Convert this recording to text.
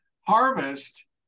harvest